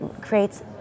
creates